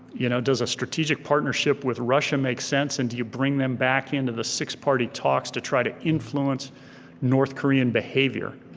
you know does a strategic partnership with russia make sense? and you bring them back into the six party talks to try to influence north korean behavior?